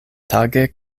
tage